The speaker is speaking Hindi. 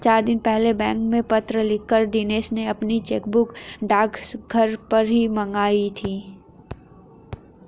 चार दिन पहले बैंक में पत्र लिखकर दिनेश ने अपनी चेकबुक डाक से घर ही पर मंगाई थी